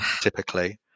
Typically